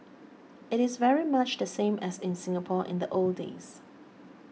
it is very much the same as in Singapore in the old days